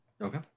Okay